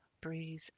breathe